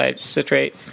citrate